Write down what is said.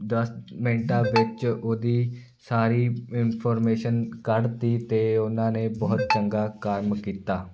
ਦਸ ਮਿੰਟਾਂ ਵਿੱਚ ਉਹਦੀ ਸਾਰੀ ਇਨਫੋਰਮੇਸ਼ਨ ਕੱਢਤੀ ਅਤੇ ਉਹਨਾਂ ਨੇ ਬਹੁਤ ਚੰਗਾ ਕੰਮ ਕੀਤਾ